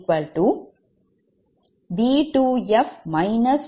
இப்போது I24V2f V4fj0